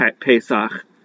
Pesach